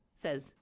says